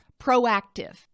proactive